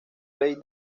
place